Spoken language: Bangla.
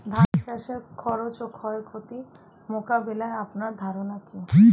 ধান চাষের খরচ ও ক্ষয়ক্ষতি মোকাবিলায় আপনার ধারণা কী?